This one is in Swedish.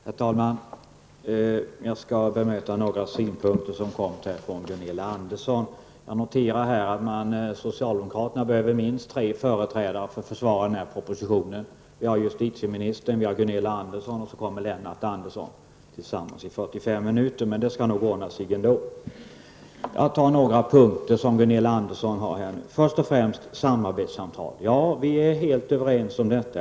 Herr talman! Jag skall bemöta några synpunkter i Jag noterar att socialdemokraterna behöver minst tre företrädare för att försvara den här propositionen, nämligen justitieministern, Gunilla Andersson och Lennart Andersson -- med en taletid på tillsammans 45 minuter. Men det skall nog ordna sig ändå. Först och främst, Gunilla Andersson, gäller det samarbetssamtal. Vi är helt överens om detta.